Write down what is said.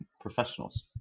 professionals